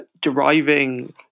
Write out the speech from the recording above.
deriving